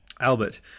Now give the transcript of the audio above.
albert